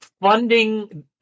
funding